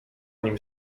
nim